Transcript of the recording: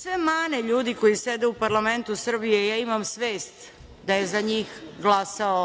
sve mane ljudi koji sede u parlamentu Srbije ja imam svest da je za njih glasao